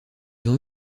ont